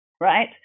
right